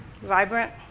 Vibrant